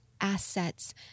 assets